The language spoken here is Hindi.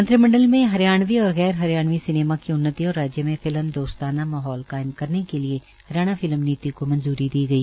मंत्रिमंडल में हरियाणवी और गैर हरियाणवी सिनेमा की उन्नति और राज्य में फिल्म दोस्ताना माहौल कायम करने के लिए हरियाणा फिल्म नीति को मंजूरी दी गई